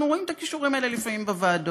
ואנחנו רואים את הכישורים האלה לפעמים בוועדות,